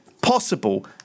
possible